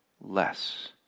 Less